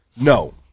No